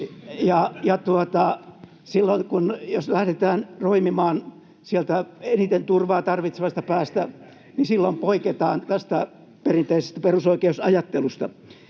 jos lähdetään roimimaan sieltä eniten turvaa tarvitsevasta päästä, poiketaan tästä perinteisestä perusoikeusajattelusta.